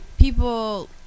people